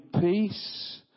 peace